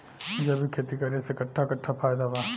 जैविक खेती करे से कट्ठा कट्ठा फायदा बा?